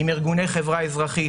עם ארגוני חברה אזרחית,